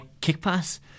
kick-pass